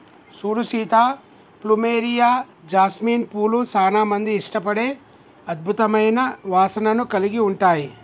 సూడు Sita plumeria, jasmine పూలు సానా మంది ఇష్టపడే అద్భుతమైన వాసనను కలిగి ఉంటాయి